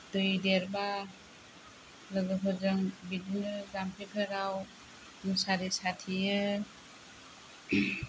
दै देरब्ला लोगोफोरजों बिदिनो जाम्फैफोराव मुसारि साथेयो